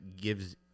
gives